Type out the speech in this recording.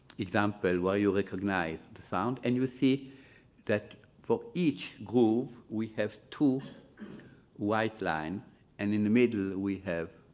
example while you recognize the sound and you see that for each groove, we have two white lines and in the middle we have